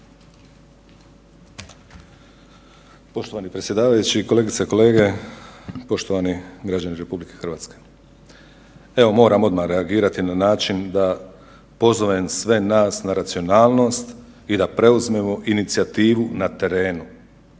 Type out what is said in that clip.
Poštovani predsjedavajući, kolegice i kolege. Poštovani građani RH. Evo moram odmah reagirati na način da pozovem sve nas na racionalnost i da preuzmemo inicijativu na terenu.